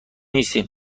نیستیم